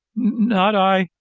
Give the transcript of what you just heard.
not i,